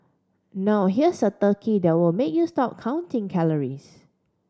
now here's a turkey that will make you stop counting calories